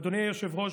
אדוני היושב-ראש,